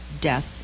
death